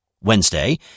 Wednesday